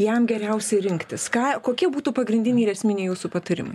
jam geriausia rinktis ką kokie būtų pagrindiniai ir esminiai jūsų patarimai